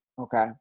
Okay